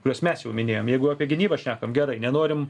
kuriuos mes jau minėjom jeigu apie gynybą šnekam gerai nenorim